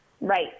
right